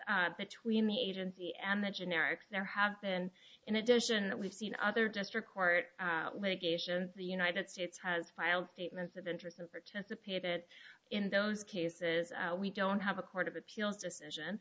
between the agency and the generics there have been in addition we've seen other district court litigation the united states has filed statements of interest and participated in those cases we don't have a court of appeals decision